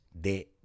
de